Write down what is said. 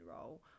role